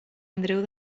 andreu